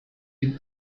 dem